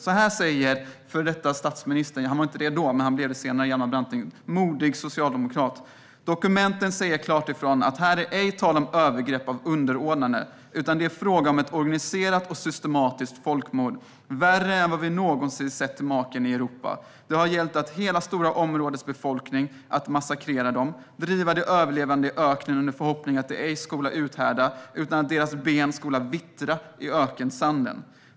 Så här säger den då blivande statsministern: "Dokumenten säga klart ifrån, att här ej är tal om övergrepp av underordnande, utan det är frågan om ett organiserat och systematiskt folkmord, värre än vad vi någonsin sett maken till i Europa. Det har gällt att hela stora områdes befolkning, att massakrera dem, driva de överlevande i öknen under förhoppning att de ej skola uthärda utan att deras ben skola vittra i ökensanden.